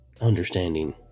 understanding